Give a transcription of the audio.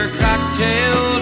cocktail